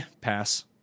pass